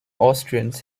austrians